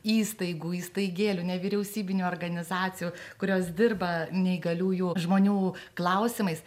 įstaigų įstaigėlių nevyriausybinių organizacijų kurios dirba neįgaliųjų žmonių klausimais